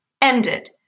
ended